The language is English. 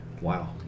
Wow